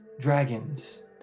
Dragons